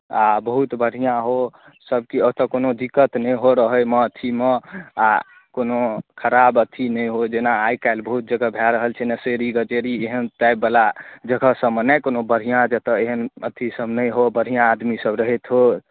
आ बहुत बढ़िआँ हो सभकिछु ओतय कोनो दिक्कत नहि हो रहैमे अथिमे आ कोनो खराब अथि नहि हो जेना आइ काल्हि बहुत जगह भए रहल छै नशेड़ी गँजेड़ी एहन टाइपवला जगह सभपर नहि कतहु बढ़िआँ जतय एहन अथिसभ नहि हो बढ़िआँ आदमीसभ रहैत होय